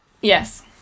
Yes